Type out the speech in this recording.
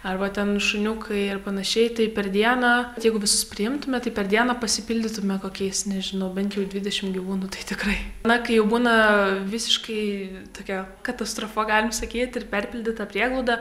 arba ten šuniukai ir panašiai tai per dieną jeigu visus priimtume tai per dieną pasipildytume kokiais nežinau bent jau dvidešim gyvūnų tai tikrai na kai jau būna visiškai tokia katastrofa galim sakyt ir perpildyta prieglauda